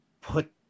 put